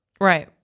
Right